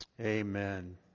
Amen